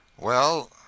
Well